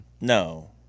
No